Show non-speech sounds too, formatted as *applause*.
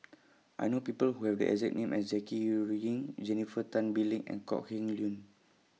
*noise* I know People Who Have The exact name as Jackie Ru Ying Jennifer Tan Bee Leng and Kok Heng Leun